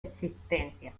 existencia